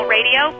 Radio